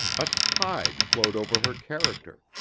a tide flowed over her character,